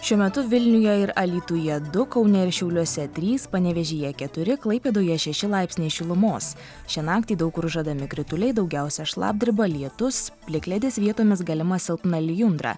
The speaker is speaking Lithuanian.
šiuo metu vilniuje ir alytuje du kaune ir šiauliuose trys panevėžyje keturi klaipėdoje šeši laipsniai šilumos šią naktį daug kur žadami krituliai daugiausia šlapdriba lietus plikledis vietomis galima silpna lijundra